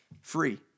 free